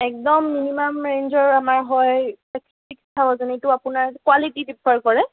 একদম মিনিমাম ৰেঞ্জৰ আমাৰ হয় ছিক্স থাউজেণ্ড এইটো আপোনাৰ কোৱালিটি প্ৰিফাৰ কৰে